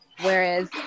whereas